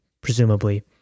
presumably